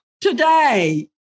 today